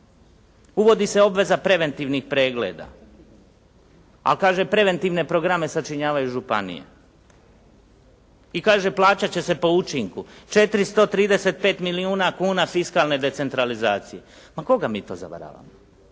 Uvodi se obveza preventivnih pregleda, ali kaže preventivne programe sačinjavaju županije i kaže plaćat će se po učinku. 435 milijuna kuna fiskalne decentralizacije. Ma koga mi to zavaravamo?